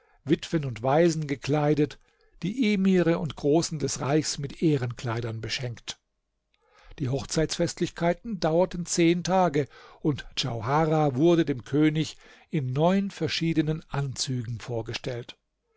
witwen und waisen gekleidet die emire und großen des reichs mit ehrenkleidern beschenkt die hochzeitsfestlichkeiten dauerten zehn tage und djauharah wurde dem könig in neun verschiedenen anzügen vorgestellt